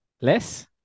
less